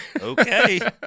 Okay